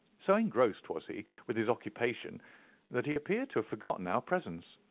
so engrossed was he with his occupation that he appeared to have forgotten our presence,